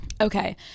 Okay